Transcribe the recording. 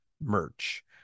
merch